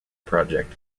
project